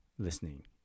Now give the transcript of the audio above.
listening